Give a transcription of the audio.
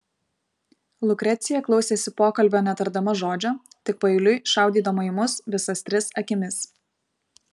lukrecija klausėsi pokalbio netardama žodžio tik paeiliui šaudydama į mus visas tris akimis